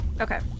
Okay